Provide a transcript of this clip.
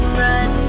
run